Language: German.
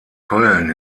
köln